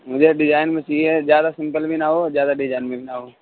مجھے ڈیزائن میں چاہیے زیادہ سمپل بھی نہ ہو زیادہ ڈیزائن میں بھی نہ ہو